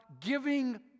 giving